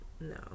no